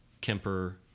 Kemper